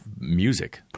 music